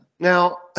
Now